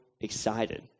excited